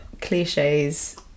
cliches